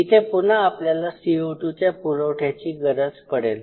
इथे पुन्हा आपल्याला CO2 च्या पुरवठ्याची गरज पडेल